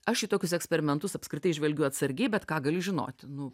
aš į tokius eksperimentus apskritai žvelgiu atsargiai bet ką gali žinoti nu